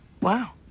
Wow